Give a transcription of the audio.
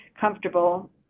comfortable